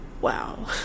Wow